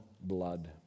blood